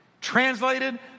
Translated